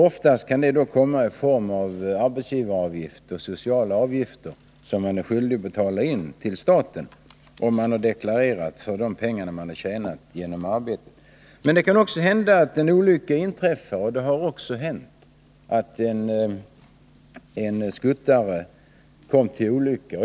Oftast kan det ske i form av krav på arbetsgivaravgifter och sociala avgifter, om arbetstagaren deklarerar för det han tjänat genom arbetet. Men det kan hända att en olycka inträffar, och det har också hänt att en skuttare råkat ut för en olycka.